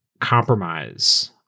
compromise